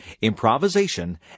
improvisation